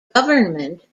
government